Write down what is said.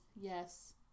yes